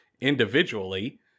individually